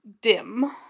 Dim